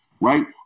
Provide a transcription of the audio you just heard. Right